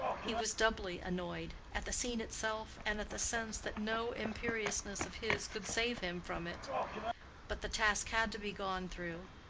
he was doubly annoyed at the scene itself, and at the sense that no imperiousness of his could save him from it but the task had to be gone through,